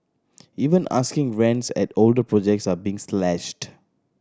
even asking rents at older projects are being slashed